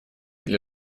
для